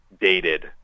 dated